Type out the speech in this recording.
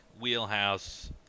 wheelhouse